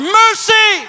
mercy